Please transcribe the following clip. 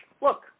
look